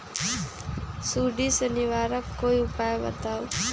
सुडी से निवारक कोई उपाय बताऊँ?